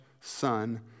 Son